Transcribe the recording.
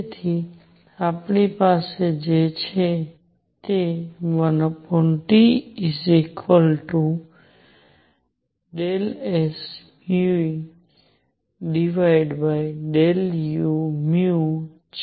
તેથી આપણી પાસે જે છે તે 1T∂sν∂u છે